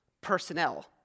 personnel